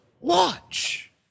watch